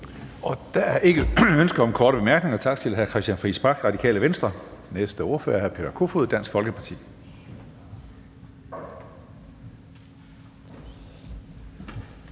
Der er ikke ønske om korte bemærkninger. Tak til hr. Christian Friis Bach, Radikale Venstre. Næste ordfører er hr. Alex Ahrendtsen, Dansk Folkeparti.